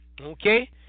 Okay